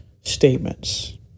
statements